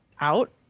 out